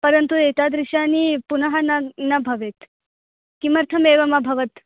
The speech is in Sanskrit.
परन्तु एतादृशानि पुनः न न भवेत् किमर्थम् एवमभवत्